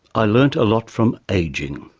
i learnt a lot from ageing.